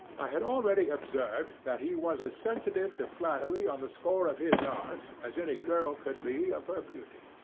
i had already observed that he was as sensitive to flattery on the score of his art as any girl could be of her beauty.